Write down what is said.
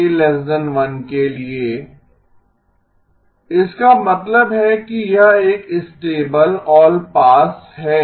1 के लिए इसका मतलब है कि यह एक स्टेबल ऑलपास है